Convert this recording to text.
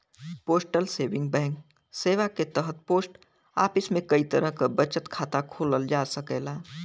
postal saving bank सेवा क तहत पोस्ट ऑफिस में कई तरह क बचत खाता खोलल जा सकेला